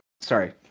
sorry